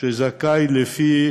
שזכאי לפי